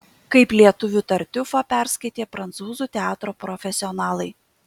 kaip lietuvių tartiufą perskaitė prancūzų teatro profesionalai